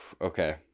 Okay